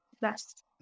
best